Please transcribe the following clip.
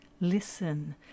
listen